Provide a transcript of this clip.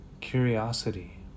curiosity